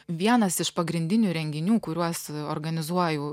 vienas iš pagrindinių renginių kuriuos organizuoju